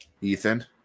Ethan